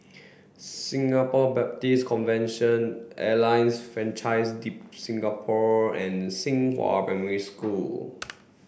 Singapore Baptist Convention Alliance Francaise de Singapour and Xinghua Primary School